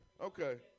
Okay